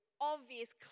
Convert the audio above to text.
obvious